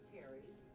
Terry's